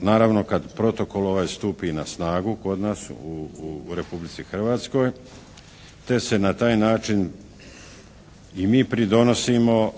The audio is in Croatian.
naravno kada protokol ovaj stupi na snagu kod nas u Republici Hrvatskoj te se na taj način i mi pridonosimo